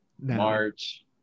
March